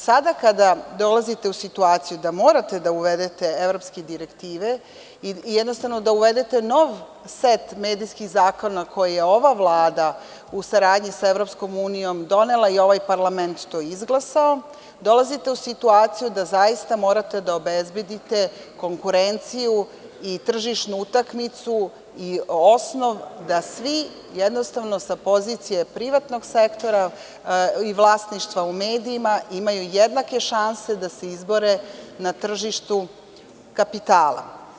Sada kada dolazite u situaciju da morate da uvedete evropske direktive i jednostavno da uvedete nov set medijskih zakona koji je ova Vlada u saradnji sa EU donela i ovaj parlament to izglasao, dolazite u situaciju da zaista morate da obezbedite konkurenciju i tržišnu utakmicu, osnov da svi sa pozicije privatnog sektora i vlasništva u medijima imaju jednake šanse da se izbore na tržištu kapitala.